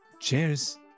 Cheers